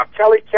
Kelly